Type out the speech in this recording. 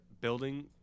building